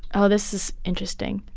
oh, this is interesting.